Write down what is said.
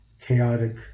chaotic